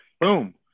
boom